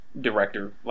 director